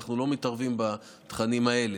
אנחנו לא מתערבים בתכנים האלה.